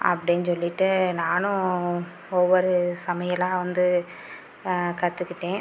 அப்படினு சொல்லிவிட்டு நானும் ஒவ்வொரு சமையலாக வந்து கற்றுக்கிட்டேன்